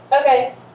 Okay